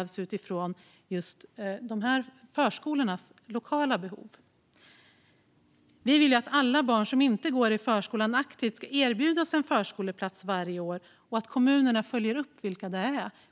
- utifrån vilka behov de lokala förskolorna har. Miljöpartiet vill att alla barn som inte går i förskolan aktivt erbjuds en förskoleplats och att kommunerna varje år följer upp vilka de är.